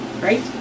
Right